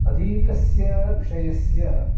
अधीतस्य विषयस्य